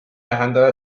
tähenda